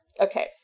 Okay